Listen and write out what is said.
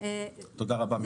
תודה רבה.